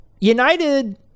United